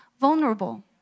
vulnerable